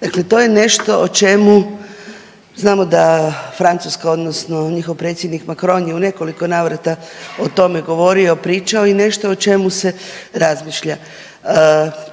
Dakle, to je nešto o čemu, znamo da Francuska odnosno njihov predsjednik Macron je u nekoliko navrata o tome govorio, pričao i nešto o čemu se razmišlja.